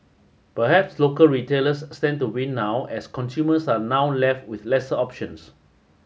perhaps local retailers stand to win now as consumers are now left with lesser options